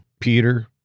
Peter